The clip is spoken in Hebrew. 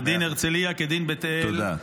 וכדין הרצליה כדין בית אל -- תודה,